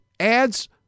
ads